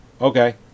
Okay